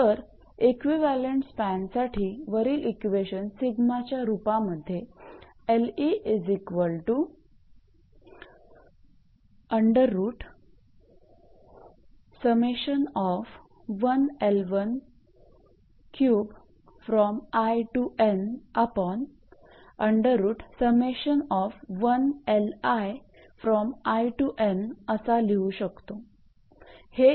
तर इक्विवलेंट स्पॅनसाठी वरील इक्वेशन सिग्माच्या रूपामध्ये असा लिहू शकतो